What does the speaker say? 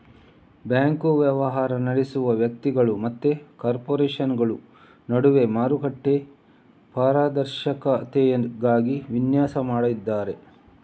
bank ವ್ಯವಹಾರ ನಡೆಸುವ ವ್ಯಕ್ತಿಗಳು ಮತ್ತೆ ಕಾರ್ಪೊರೇಷನುಗಳ ನಡುವೆ ಮಾರುಕಟ್ಟೆ ಪಾರದರ್ಶಕತೆಗಾಗಿ ವಿನ್ಯಾಸ ಮಾಡಿದ್ದಾರೆ